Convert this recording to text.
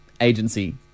agency